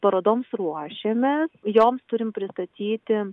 parodoms ruošiamės joms turim pristatyti